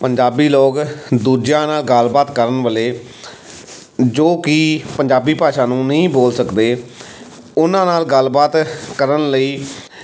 ਪੰਜਾਬੀ ਲੋਕ ਦੂਜਿਆਂ ਨਾਲ ਗੱਲਬਾਤ ਕਰਨ ਵੇਲੇ ਜੋ ਕਿ ਪੰਜਾਬੀ ਭਾਸ਼ਾ ਨੂੰ ਨਹੀਂ ਬੋਲ ਸਕਦੇ ਉਹਨਾਂ ਨਾਲ ਗੱਲਬਾਤ ਕਰਨ ਲਈ